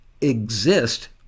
exist